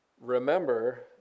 remember